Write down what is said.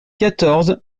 quatorze